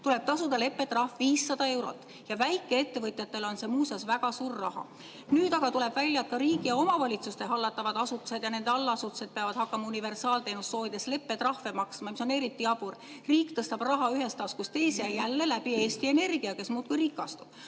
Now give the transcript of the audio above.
tuleb tasuda leppetrahv 500 eurot. Väikeettevõtjatele on see muuseas väga suur raha. Nüüd aga tuleb välja, et ka riigi ja omavalitsuste hallatavad asutused ja nende allasutused peavad hakkama universaalteenust soovides leppetrahve maksma, mis on eriti jabur. Riik tõstab raha ühest taskust teise ja jälle läbi Eesti Energia, kes muudkui rikastub.